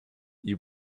you